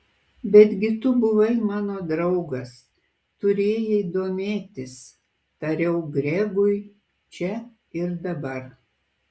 betgi tu buvai mano draugas turėjai domėtis tariau gregui čia ir dabar